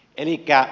aina